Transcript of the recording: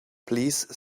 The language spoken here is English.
please